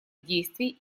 действий